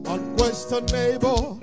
Unquestionable